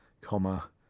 comma